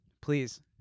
Please